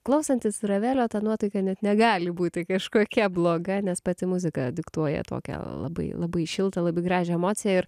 klausantis ravelio ta nuotaika net negali būti kažkokia bloga nes pati muzika diktuoja tokią labai labai šiltą labai gražią emociją ir